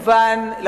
רבה, זה חשוב.